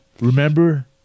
Remember